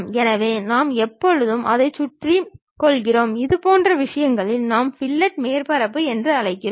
எனவே நாம் எப்போதுமே அதைச் சுற்றிக் கொள்கிறோம் இதுபோன்ற விஷயங்களை நாம் ஃபில்லட் மேற்பரப்புகள் என்று அழைக்கிறோம்